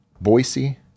Boise